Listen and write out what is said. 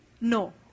No